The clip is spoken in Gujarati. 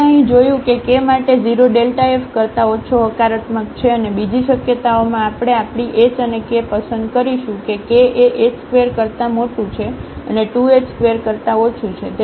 તેથી આપણે અહીં જોયું છે કે k માટે 0 f કરતા ઓછો હકારાત્મક છે અને બીજી શક્યતાઓમાં આપણે આપણી h અને k પસંદ કરીશું કે k એ h2 કરતા મોટું છે અને 2h2 કરતા ઓછું છે